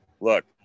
look